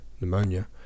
pneumonia